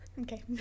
Okay